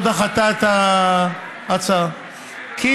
לא דחתה את ההצעה כי,